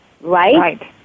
right